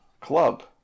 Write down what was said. club